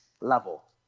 level